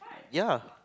ya